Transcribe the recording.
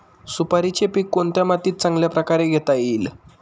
सुपारीचे पीक कोणत्या मातीत चांगल्या प्रकारे घेता येईल?